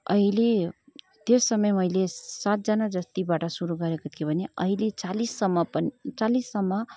अहिले त्यस समय मैले सातजना जतिबाट सुरू गरेको थियो भने अहिले चालिससम्म पनि चालिससम्म